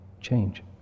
change